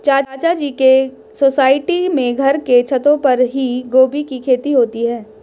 चाचा जी के सोसाइटी में घर के छतों पर ही गोभी की खेती होती है